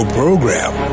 program